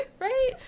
right